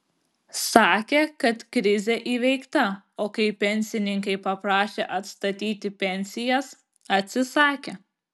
sakė kad krizė įveikta o kai pensininkai paprašė atstatyti pensijas atsisakė